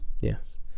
Yes